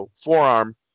forearm